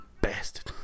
bastard